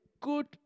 good